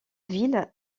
ville